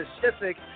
Pacific